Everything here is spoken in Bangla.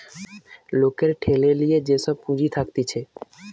লোকের ঠেলে লিয়ে যে সব পুঁজি থাকতিছে